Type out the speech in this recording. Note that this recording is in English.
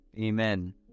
Amen